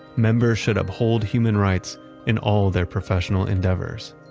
members should uphold human rights in all their professional endeavors.